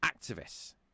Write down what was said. activists